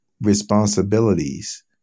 responsibilities